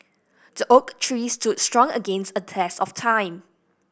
the oak tree stood strong against a test of time